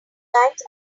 sometimes